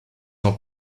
ans